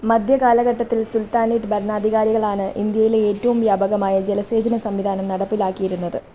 മധ്യകാലഘട്ടത്തിൽ സുൽത്താനേറ്റ് ഭരണാധികാരികളാണ് ഇൻഡ്യയിലെ ഏറ്റവും വ്യാപകമായ ജലസേചന സംവിധാനം നടപ്പിലാക്കിയിരുന്നത്